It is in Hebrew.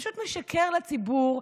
פשוט משקר לציבור,